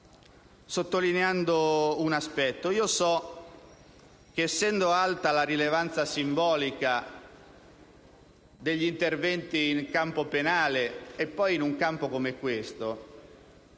sottolineando un aspetto. So che, essendo alta la rilevanza simbolica degli interventi nel campo penale (e in un campo come questo,